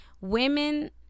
women